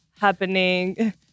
happening